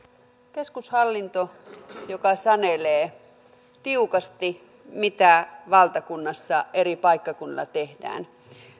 keskushallinto joka sanelee tiukasti mitä valtakunnassa eri paikkakunnilla tehdään